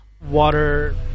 Water